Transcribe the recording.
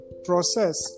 process